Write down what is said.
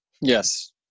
Yes